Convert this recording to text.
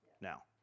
Now